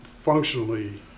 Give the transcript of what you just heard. functionally